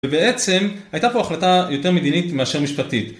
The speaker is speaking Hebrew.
ובעצם הייתה פה החלטה יותר מדינית מאשר משפטית.